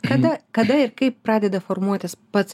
kada kada ir kaip pradeda formuotis pats